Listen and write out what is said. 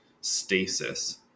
stasis